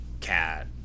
Cat